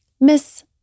Miss